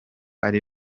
ari